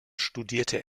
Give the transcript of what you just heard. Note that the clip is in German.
studierte